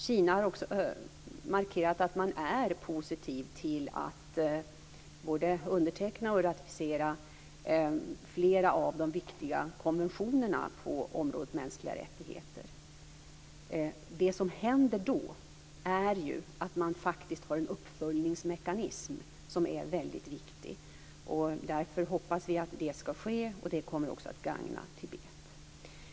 Kina har också markerat att man är positiv till att både underteckna och ratificera flera av de viktiga konventionerna på området för mänskliga rättigheter. Det som då händer är att man får en uppföljningsmekanism som är väldigt viktig. Därför hoppas vi att detta skall ske, vilket också kommer att gagna Tibet.